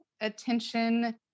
attention